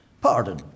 Pardon